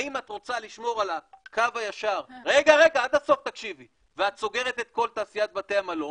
האם את רוצה לשמור על הקו הישר ואת סוגרת את כל תעשיית בתי המלון,